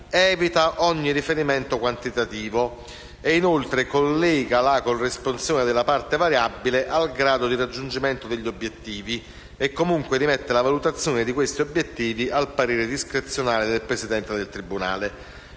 evita ogni riferimento quantitativo e, inoltre, collega la corresponsione della parte variabile al grado di raggiungimento degli obiettivi e comunque rimette la valutazione di tali obiettivi al parere discrezionale del presidente del tribunale.